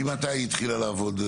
מתי העובדת התחילה לעבוד?